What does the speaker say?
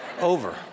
over